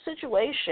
situation